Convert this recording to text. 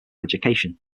education